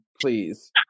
please